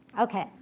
Okay